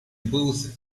booth